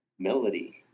melody